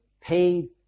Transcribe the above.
paid